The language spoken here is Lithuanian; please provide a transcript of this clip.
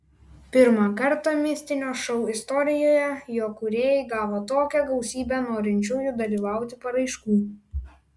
pirmą kartą mistinio šou istorijoje jo kūrėjai gavo tokią gausybę norinčiųjų dalyvauti paraiškų